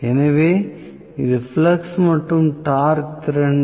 எனவே இது ஃப்ளக்ஸ் மற்றும் டார்க் திறன்